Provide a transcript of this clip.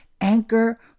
Anchor